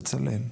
בצלאל.